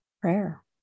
prayer